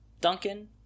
Duncan